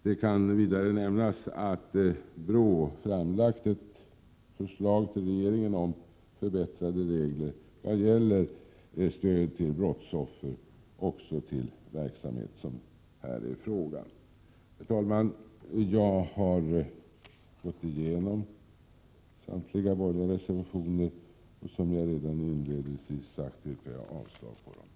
Det kan vidare nämnas att brottsförebyggande rådet framlagt ett förslag till regeringen om förbättrade regler vad gäller stöd till brottsoffer också i fråga om den verksamhet det här är fråga om. Herr talman! Jag har gått igenom samtliga borgerliga reservationer, och som jag redan inledningsvis sade yrkar jag avslag på dem.